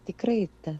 tikrai ta